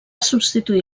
substituir